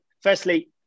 firstly